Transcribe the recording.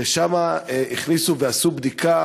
שם הכניסו ועשו בדיקה,